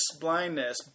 blindness